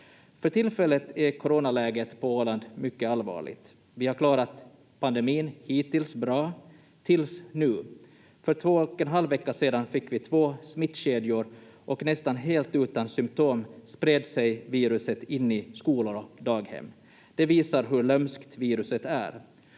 tillfället är coronaläget på Åland mycket allvarligt. Vi har klarat pandemin hittills bra — tills nu. För två och en halv vecka sedan fick vi två smittkedjor, och nästan helt utan symptom spred sig viruset in i skolor och daghem. Det visar hur lömskt viruset är.